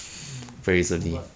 mm no but